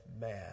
man